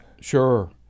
Sure